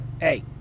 Hey